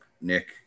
Nick